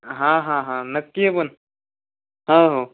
हां हां हां नक्की ये पण हो हो